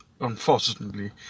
unfortunately